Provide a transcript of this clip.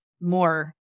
more